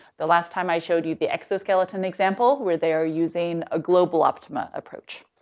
the last time i showed you the exoskeleton example, where they are using a global optima approach.